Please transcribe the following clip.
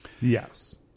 yes